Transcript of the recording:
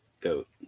Goat